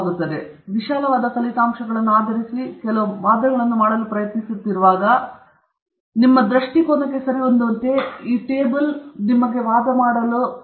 ನೀವು ವಿಶಾಲವಾದ ಫಲಿತಾಂಶಗಳನ್ನು ಆಧರಿಸಿ ಕೆಲವು ವಾದಗಳನ್ನು ಮಾಡಲು ಪ್ರಯತ್ನಿಸುತ್ತಿರುವಾಗ ನಿಮಗೆ ತಿಳಿದಿದೆ ನಿಮ್ಮ ದೃಷ್ಟಿಕೋನದಿಂದ ಸರಿಹೊಂದುವಂತೆ ಈ ಟೇಬಲ್ ನಿಮ್ಮ ವಾದವನ್ನು ಗಮನಹರಿಸಲು ಸಹಾಯ ಮಾಡುತ್ತದೆ